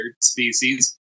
species